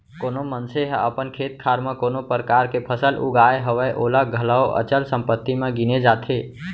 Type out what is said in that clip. कोनो मनसे ह अपन खेत खार म कोनो परकार के फसल उगाय हवय ओला घलौ अचल संपत्ति म गिने जाथे